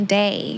day